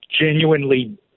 genuinely